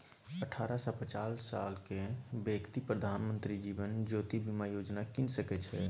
अठारह सँ पचास सालक बेकती प्रधानमंत्री जीबन ज्योती बीमा योजना कीन सकै छै